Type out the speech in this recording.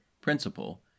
Principal